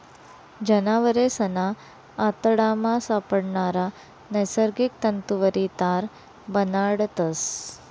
जनावरेसना आतडामा सापडणारा नैसर्गिक तंतुवरी तार बनाडतस